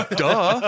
duh